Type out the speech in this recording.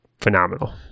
phenomenal